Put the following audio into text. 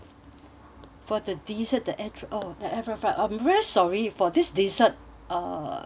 for the dessert that actual oh that have uh oh I'm very sorry for this dessert uh